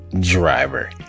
driver